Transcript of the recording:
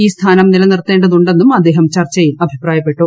ഈ സ്ഥാനം നിലനിർത്തേണ്ടതുണ്ടെന്നും അദ്ദേഹം ചർച്ചയിൽ അഭിപ്രായപ്പെട്ടു